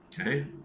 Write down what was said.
okay